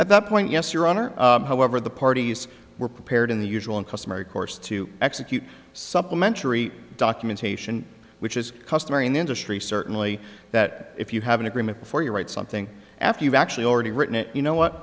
at that point yes your honor however the parties were prepared in the usual and customary course to execute supplementary documentation which is customary in the industry certainly that if you have an agreement before you write something after you've actually already written it you know what